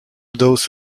those